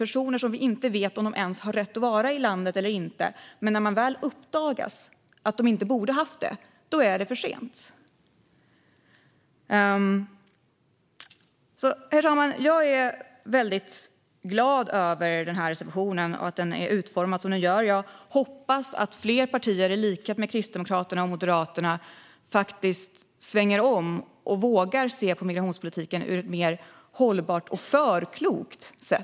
Det är personer som vi inte vet om de ens har rätt att vara i landet eller inte. När det väl uppdagas att de inte har det är det för sent. Herr talman! Jag är väldigt glad över denna reservation och över att den är utformad som den är. Jag hoppas att fler partier i likhet med Kristdemokraterna och Moderaterna faktiskt svänger om och vågar se på migrationspolitiken på ett mer hållbart och förklokt sätt.